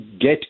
get